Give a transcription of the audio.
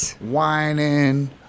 whining